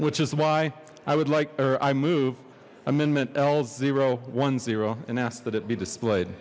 which is why i would like or i move amendment l zero one zero and asked that it be displayed